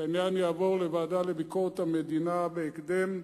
שהעניין יעבור לוועדה לענייני ביקורת המדינה לדיון בהקדם,